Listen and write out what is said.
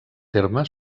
terme